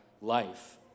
life